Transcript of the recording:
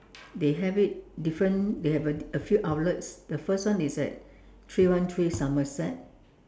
they have it different they have a a few outlets the first one is at three one three Somerset